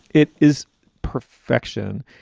it is perfection.